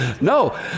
No